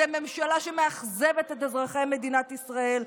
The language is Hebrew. אתם ממשלה שמאכזבת את אזרחי מדינת ישראל.